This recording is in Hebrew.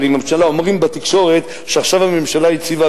אבל אומרים בתקשורת שעכשיו הממשלה יציבה,